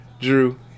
Drew